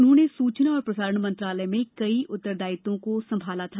उन्होंने सूचना और प्रसारण मंत्रालय में कई उत्तरदायित्वों को संभाला था